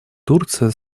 турция